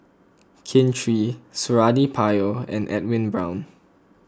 Kin Chui Suradi Parjo and Edwin Brown